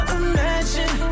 imagine